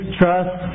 trust